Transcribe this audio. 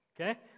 Okay